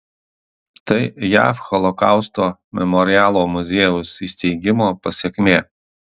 tai jav holokausto memorialo muziejaus įsteigimo pasekmė